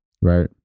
Right